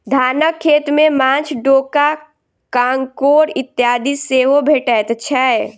धानक खेत मे माँछ, डोका, काँकोड़ इत्यादि सेहो भेटैत छै